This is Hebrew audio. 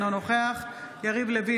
אינו נוכח יריב לוין,